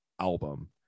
album